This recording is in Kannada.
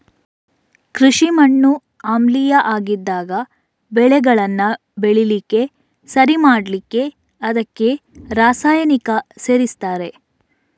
ಕೃಷಿ ಮಣ್ಣು ಆಮ್ಲೀಯ ಆಗಿದ್ದಾಗ ಬೆಳೆಗಳನ್ನ ಬೆಳೀಲಿಕ್ಕೆ ಸರಿ ಮಾಡ್ಲಿಕ್ಕೆ ಅದಕ್ಕೆ ರಾಸಾಯನಿಕ ಸೇರಿಸ್ತಾರೆ